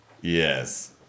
Yes